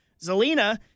Zelina